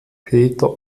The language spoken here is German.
peter